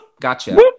gotcha